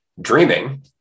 dreaming